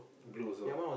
blue also ah